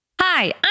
Hi